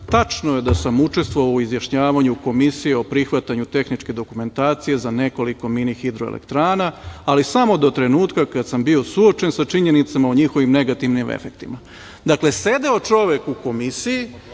„Tačno je da sam učestvovao u izjašnjavanju Komisije o prihvatanju tehničke dokumentacije za nekoliko mini hidroelektrana, ali samo do trenutka kada sam bio suočen sa činjenicama o njihovim negativnim efektima“. Dakle, sedeo čovek u Komisiji,